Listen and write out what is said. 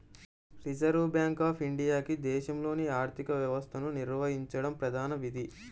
reserve bank of ఇండియాకి దేశంలోని ఆర్థిక వ్యవస్థను నిర్వహించడం ప్రధాన విధి